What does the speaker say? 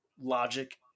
logic